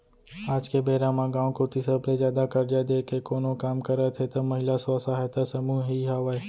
आज के बेरा म गाँव कोती सबले जादा करजा देय के कोनो काम करत हे त महिला स्व सहायता समूह ही हावय